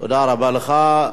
תודה רבה לך.